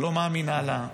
שלא מאמינה לה,